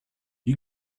you